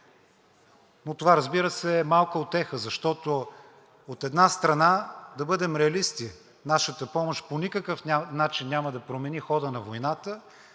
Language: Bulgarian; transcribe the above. но това, разбира се, е малка утеха, защото, от една страна, да бъдем реалисти. Нашата помощ по никакъв начин няма да промени хода на войната,